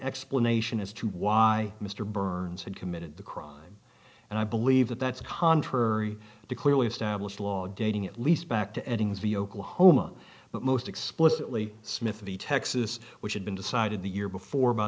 explanation as to why mr burns had committed the crime and i believe that that's contrary to clearly established law dating at least back to eddings the oklahoma but most explicitly smith v texas which had been decided the year before by